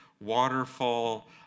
waterfall